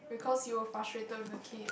because you were frustrated with the kid